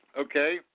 Okay